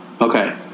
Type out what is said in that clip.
okay